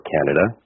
Canada